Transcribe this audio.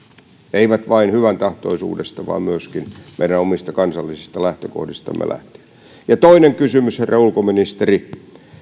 ei vain hyväntahtoisuudesta vaan myöskin meidän omista kansallisista lähtökohdistamme lähtien ja toinen kysymys herra ulkoministeri